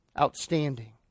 outstanding